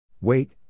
Wait